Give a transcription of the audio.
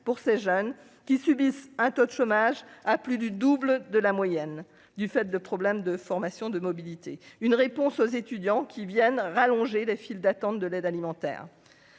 pour ces jeunes qui subissent un taux de chômage à plus du double de la moyenne, du fait de problèmes de formation de mobilité, une réponse aux étudiants qui viennent rallongé les files d'attente de l'aide alimentaire,